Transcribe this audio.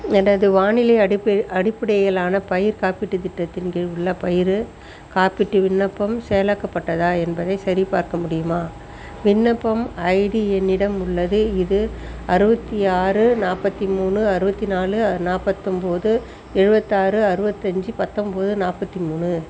எனது வானிலை அடிப்ப அடிப்படையிலான பயிர் காப்பீட்டுத் திட்டத்தின் கீழ் உள்ள பயிர் காப்பீட்டு விண்ணப்பம் செயலாக்கப்பட்டதா என்பதைச் சரிபார்க்க முடியுமா விண்ணப்பம் ஐடி என்னிடம் உள்ளது இது அறுபத்தி ஆறு நாற்பத்தி மூணு அறுபத்தி நாலு நாற்பத்தொம்போது எழுபத்தாறு அறுபத்தஞ்சி பத்தொன்போது நாற்பத்தி மூணு